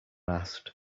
asked